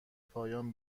پایان